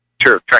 sure